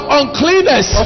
uncleanness